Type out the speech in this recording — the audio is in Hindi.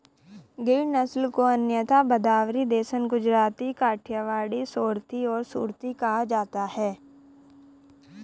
गिर नस्ल को अन्यथा भदावरी, देसन, गुजराती, काठियावाड़ी, सोरथी और सुरती कहा जाता है